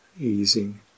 easing